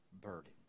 burden